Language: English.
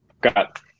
got